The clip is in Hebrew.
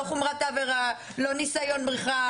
לא חומרת עבירה, לא ניסיון בריחה.